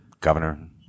governor